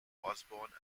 osborne